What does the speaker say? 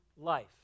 life